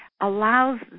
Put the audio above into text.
allows